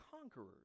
conquerors